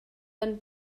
van